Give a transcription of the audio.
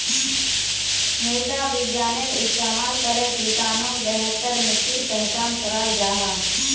मृदा विग्यानेर इस्तेमाल करे किसानोक बेहतर मित्तिर पहचान कराल जाहा